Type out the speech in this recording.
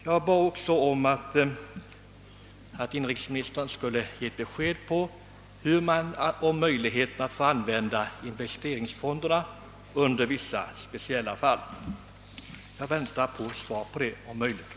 Jag bad också om att inrikesministern skulle lämna besked om möjligheterna att få använda investeringsfonderna i vissa speciella fall. Jag väntar om möjligt att få svar på dessa frågor.